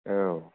औ